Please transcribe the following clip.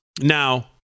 Now